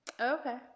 Okay